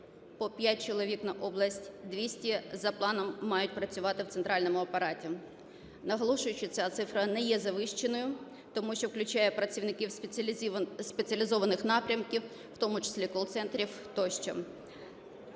по 5 чоловік на область; 200 - за планом мають працювати в центральному апараті. Наголошую, що ця цифра не є завищеною, тому що включає працівників спеціалізованих напрямків, в тому числіcаll-центрів тощо.